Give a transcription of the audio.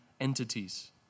entities